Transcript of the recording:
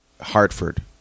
Hartford